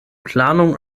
planungen